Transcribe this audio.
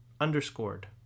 Underscored